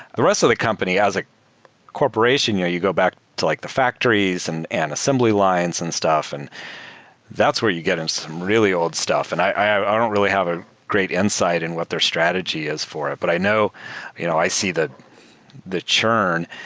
the rest of the company, as a corporation, you you go back to like the factories and and assembly lines and stuff, and that's where you get into some really old stuff. and i i don't really have a great insight in what their strategy is for it, but i you know see the the churn.